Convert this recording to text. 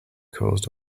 caused